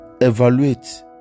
Evaluate